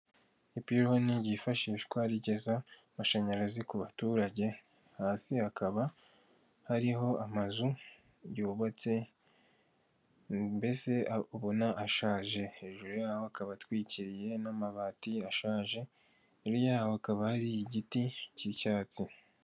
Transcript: Ipironi ryifashishwa rigeza amashanyarazi ku baturage, hasi hakaba hariho amazu yubatse mbese ubona ashaje hejuru yaho hakaba atwikiriye n'amabati ye ashaje hirya yaho hakaba hari igiti cy'icyatsi.